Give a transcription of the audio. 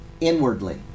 inwardly